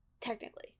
technically